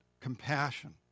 compassion